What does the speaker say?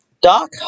Doc